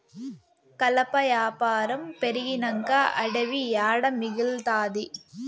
కలప యాపారం పెరిగినంక అడివి ఏడ మిగల్తాది